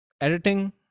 editing